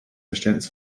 verständnis